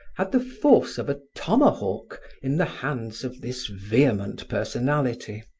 had the force of a tomahawk in the hands of this vehement personality.